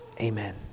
Amen